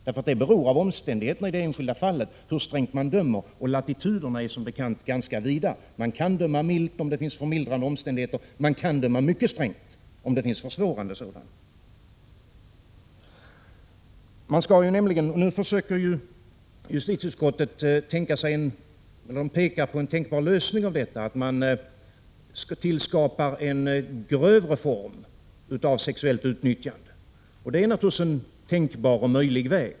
Det beror av omständigheterna i det enskilda fallet hur strängt man dömer och latituderna är som bekant ganska vida. Man kan döma milt om det finns förmildrande omständigheter, man kan döma mycket strängt om det finns försvårande sådana. Nu försöker ju justitieutskottet peka på en tänkbar lösning av detta problem, nämligen att man skall tillskapa en grövre form av sexuellt utnyttjande. Det är naturligtvis en möjlig väg.